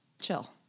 chill